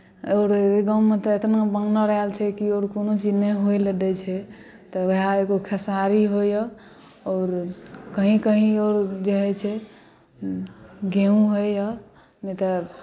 आओर ओहि गाँवमे एतना वानर आयल छै कि आओर कोनो चीज नहि होइ लेल दैत छै तऽ उएह एगो खेसारी होइए आओर कहीँ कहीँ आओर जे होइत छै गेहूँ होइए नहि तऽ